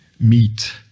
meet